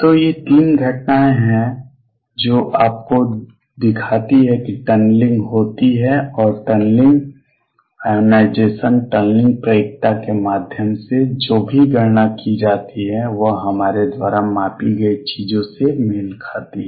तो ये 3 घटनाएं हैं जो आपको दिखाती हैं कि टनलिंग होती है और टनलिंग आयोनाइज़ेशन टनलिंग प्रायिकता के माध्यम से जो भी गणना की जाती है वह हमारे द्वारा मापी गई चीजों से मेल खाती है